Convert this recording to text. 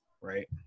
Right